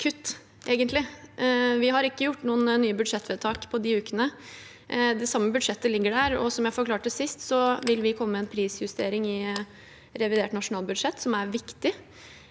Vi har ikke gjort noen nye budsjettvedtak på de ukene. Det samme budsjettet ligger der, og som jeg forklarte sist, vil vi komme med en prisjustering i revidert nasjonalbudsjett, noe som er viktig.